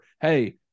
hey